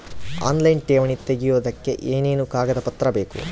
Online ಠೇವಣಿ ತೆಗಿಯೋದಕ್ಕೆ ಏನೇನು ಕಾಗದಪತ್ರ ಬೇಕು?